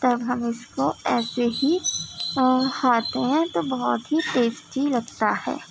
تب ہم اس کو ایسے ہی کھاتے ہیں تو بہت ہی ٹیسٹی لگتا ہے